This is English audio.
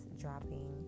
dropping